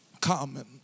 common